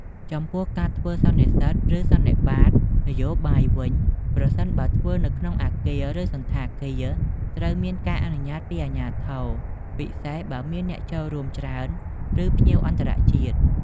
ចំពោះការធ្វើសន្និសិទ ឬសន្និបាតនយោបាយវិញ ប្រសិនបើធ្វើនៅក្នុងអាគារ ឬសណ្ឋាគារ ត្រូវមានការអនុញ្ញាតពីអាជ្ញាធរ ពិសេសបើមានអ្នកចូលរួមច្រើន ឬភ្ញៀវអន្តរជាតិ។